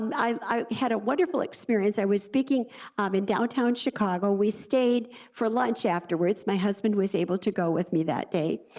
i had a wonderful experience, i was speaking um in downtown chicago, we stayed for lunch afterwards, my husband was able to go with me that day,